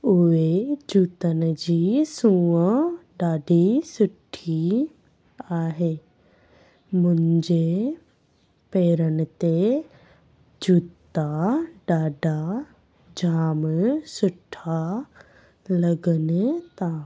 उहे जूतनि जी सूंहुं ॾाढी सुठी आहे मुंहिंजे पेरनि ते जूता ॾाढा जामु सुठा लॻनि था